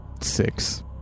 Six